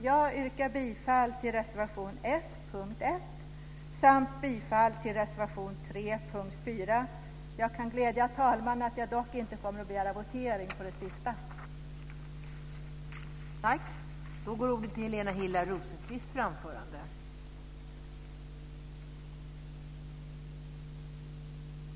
Jag yrkar bifall till reservation 1 under punkt 1 samt reservation 3 under punkt 4. Jag kan glädja talmannen med att jag dock inte kommer att begära votering när det gäller den sistnämnda.